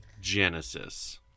Genesis